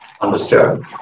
Understood